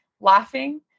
laughing